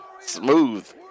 Smooth